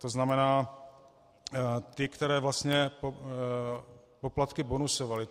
To znamená ty, které vlastně poplatky bonusovaly.